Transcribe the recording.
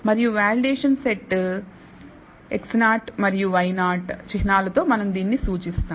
మరియు validation set x0 i మరియు y0 i చిహ్నాలు తో మనం దీనిని సూచిస్తాము